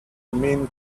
mean